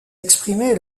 exprimés